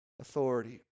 authority